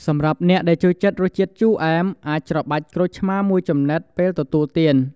សម្រាប់អ្នកដែលចូលចិត្តរសជាតិជូរអែម អាចច្របាច់ក្រូចឆ្មារមួយចំណិតពេលទទួលទាន។